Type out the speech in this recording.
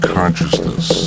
Consciousness